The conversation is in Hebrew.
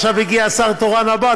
עכשיו מגיע השר תורן הבא,